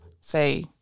say